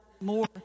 more